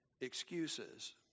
excuses